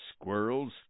squirrels